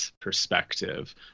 perspective